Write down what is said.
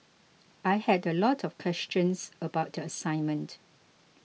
I had a lot of questions about the assignment